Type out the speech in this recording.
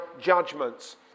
judgments